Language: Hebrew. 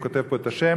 והוא כותב פה את השם,